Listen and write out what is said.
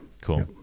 cool